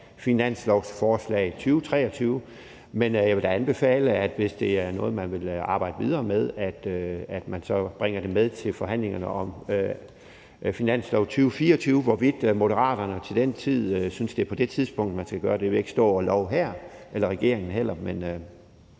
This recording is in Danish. finanslovsforslaget for 2023, men jeg vil da anbefale, at man, hvis det er noget, man vil arbejde videre med, så bringer det med til forhandlingerne om finansloven for 2024. Hvorvidt Moderaterne eller regeringen til den tid synes, at det er på det tidspunkt, man skal gøre det, vil jeg ikke stå og love her. Kl. 11:20 Anden næstformand